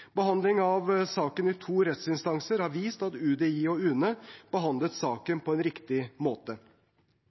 av saken i to rettsinstanser har vist at UDI og UNE behandlet saken på riktig måte.